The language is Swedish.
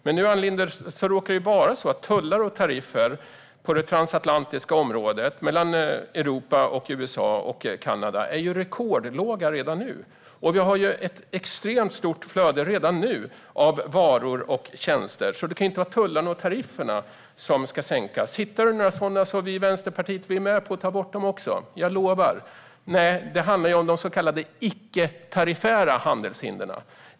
Men nu råkar det vara så, Ann Linde, att tullar och tariffer på det transatlantiska området mellan Europa, USA och Kanada är rekordlåga redan nu. Vi har redan nu ett extremt stort flöde av varor och tjänster, så det kan inte vara tullarna och tarifferna som ska sänkas. Om du hittar några sådana är vi i Vänsterpartiet med på att ta bort dem också; jag lovar. Men det handlar om de så kallade icke-tariffära handelshindren.